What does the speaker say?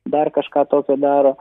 dar kažką tokio daro